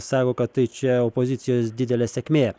sako kad tai čia opozicijos didelė sėkmė